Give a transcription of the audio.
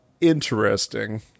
interesting